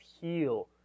heal